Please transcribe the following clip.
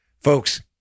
folks